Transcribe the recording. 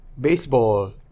baseball